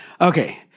Okay